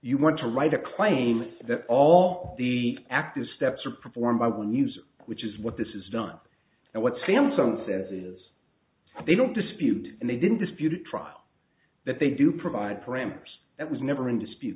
you want to write a claim that all the active steps are performed by one user which is what this is done and what samsung says is they don't dispute and they didn't dispute a trial that they do provide parameters that was never in dispute